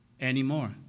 anymore